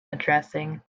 addressing